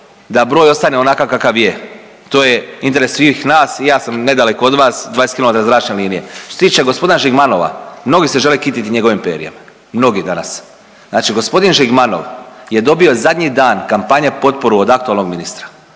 da broj ostane onakav kakav je. To je interes svih nas i ja sam nedaleko od vas, 20 kilometara zračne linije. Što se tiče gospodina Žigmanova, mnogi se žele kititi njegovim perjem, mnogi danas. Znači gospodin Žigmanov je dobio zadnji dan kampanje potporu od aktualnog ministra.